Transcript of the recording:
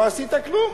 לא עשית כלום.